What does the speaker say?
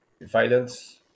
violence